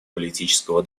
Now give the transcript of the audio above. политического